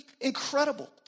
incredible